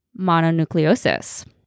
mononucleosis